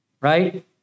Right